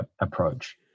approach